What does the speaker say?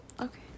Okay